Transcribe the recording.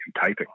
typing